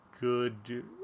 good